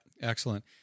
excellent